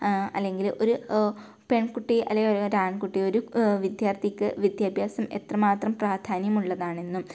അല്ലെങ്കിൽ ഒരു പെൺകുട്ടി അല്ലെങ്കിൽ ഒരാൺകുട്ടി ഒരു വിദ്യാർത്ഥിക്ക് വിദ്യാഭ്യാസം എത്രമാത്രം പ്രാധാന്യമുള്ളതാണെന്നും